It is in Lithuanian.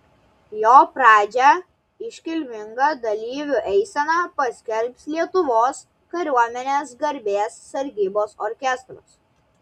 jo pradžią iškilminga dalyvių eisena paskelbs lietuvos kariuomenės garbės sargybos orkestras